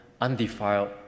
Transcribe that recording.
undefiled